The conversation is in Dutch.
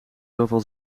zoveel